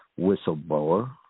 whistleblower